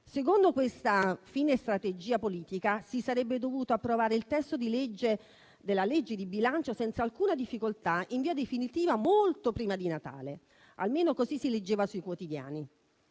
Secondo questa fine strategia politica, si sarebbe dovuto approvare il testo della legge di bilancio senza alcuna difficoltà in via definitiva molto prima di Natale, almeno così si leggeva sui quotidiani.